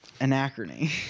Anachrony